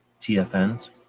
TFNs